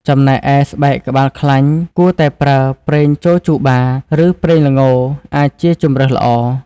ចំណែកឯ ស្បែកក្បាលខ្លាញ់គួរតែប្រើ ប្រេងចូជូបា ឬប្រេងល្ងអាចជាជម្រើសល្អ។